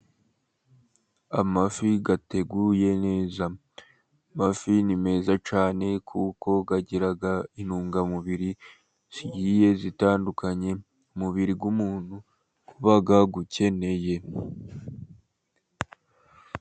Amafi ateguye neza, amafi ni meza cyane kuko agira intungamubiri zigiye zitandukanye, umubiri w'umuntu uba ukeneye.